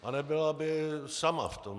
A nebyla by sama v tom.